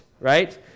Right